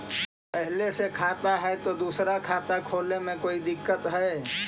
पहले से खाता है तो दूसरा खाता खोले में कोई दिक्कत है?